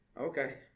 Okay